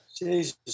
Jesus